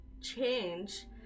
change